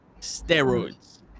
steroids